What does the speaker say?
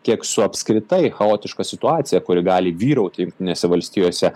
kiek su apskritai chaotiška situacija kuri gali vyrauti jungtinėse valstijose